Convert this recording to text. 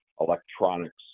electronics